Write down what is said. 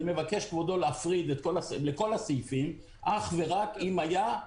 אני מבקש להפריד בכל הסעיפים אך ורק אם היה,